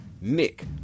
Nick